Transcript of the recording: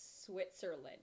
Switzerland